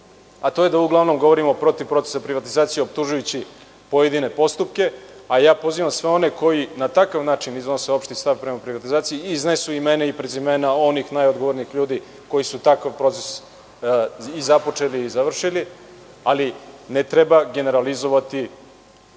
a to je da uglavnom govorimo protiv procesa privatizacije optužujući pojedine postupke. Pozivam sve one koji na takav način iznose opšti stav prema privatizaciji iznesu imena i prezimena onih najodgovornijih ljudi koji su takav proces i započeli i završili, ali ne treba generalizovati